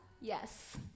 Yes